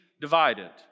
divided